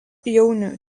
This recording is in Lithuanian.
jaunių